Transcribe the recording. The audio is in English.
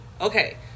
Okay